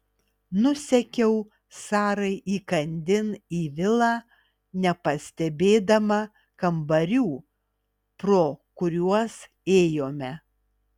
nusekiau sarai įkandin į vilą nepastebėdama kambarių pro kuriuos ėjome